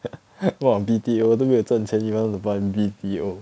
!wah! B_T_O 都没有赚钱 want to buy B_T_O err